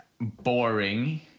boring